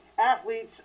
athletes